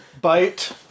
Bite